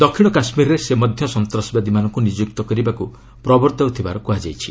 ଦକ୍ଷିଣ କାଶ୍ମୀରରେ ସେ ମଧ୍ୟ ସନ୍ତାସବାଦୀମାନଙ୍କୁ ନିଯୁକ୍ତ କରିବାକୁ ପ୍ରବର୍ତ୍ତାଇଥିବାର କୁହାଯାଉଛି